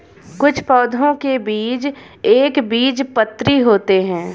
कुछ पौधों के बीज एक बीजपत्री होते है